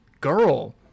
girl